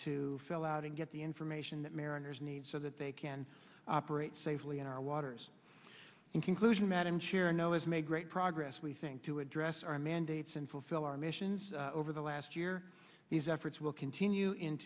to fill out and get the information that mariners need so that they can operate safely in our waters in conclusion madam chair i know as i'm a great aggress we think to address our mandates and fulfill our missions over the last year these efforts will continue in